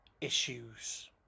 issues